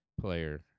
player